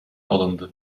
alındı